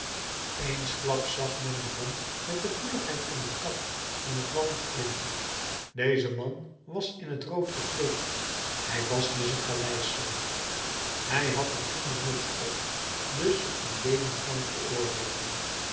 eensklaps zag men een man met de vlugheid van een kat in het want klimmen deze man was in t rood gekleed hij was dus een galeislaaf hij had een groene muts op dus een levenslang veroordeelde